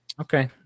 Okay